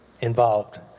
involved